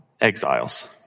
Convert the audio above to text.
exiles